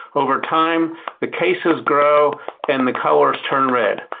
over time the cases grow and the colors turn red.